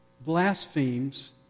blasphemes